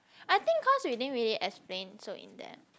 I think cause we didn't really explain so in depth